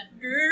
girl